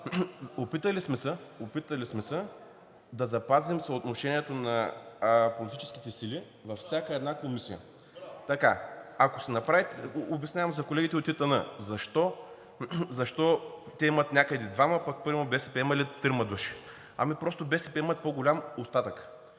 Опитали сме се да запазим съотношението на политическите сили във всяка една комисия. (Реплика от ДПС: „Браво!“) Обяснявам за колегите от ИТН защо те имат някъде двама, пък примерно БСП имали трима души. Ами, просто БСП имат по-голям остатък.